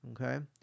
Okay